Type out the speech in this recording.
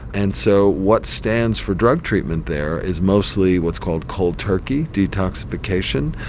and so what stands for drug treatment there is mostly what's called cold turkey, detoxification,